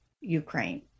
Ukraine